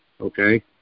okay